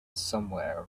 somewhere